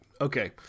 Okay